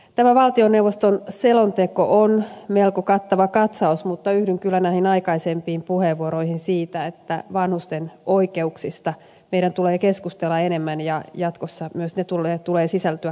tämä valtioneuvoston selonteko on melko kattava katsaus mutta yhdyn kyllä näihin aikaisempiin puheenvuoroihin siitä että vanhusten oikeuksista meidän tulee keskustella enemmän ja jatkossa myös niiden tulee sisältyä kattavammin tähän selontekoon